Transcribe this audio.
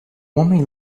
homem